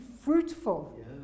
fruitful